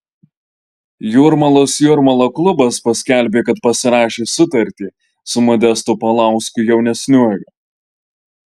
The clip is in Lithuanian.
jūrmalos jūrmala klubas paskelbė kad pasirašė sutartį su modestu paulausku jaunesniuoju